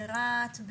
ברהט,